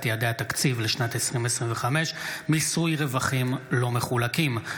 יעדי התקציב לשנת 2025) (מיסוי רווחים לא מחולקים),